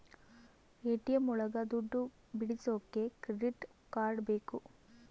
ATM ಒಳಗ ದುಡ್ಡು ಬಿಡಿಸೋಕೆ ಕ್ರೆಡಿಟ್ ಕಾರ್ಡ್ ಬೇಕು